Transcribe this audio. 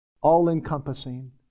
all-encompassing